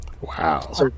wow